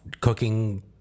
cooking